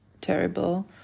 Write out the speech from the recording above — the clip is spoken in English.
terrible